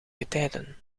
getijden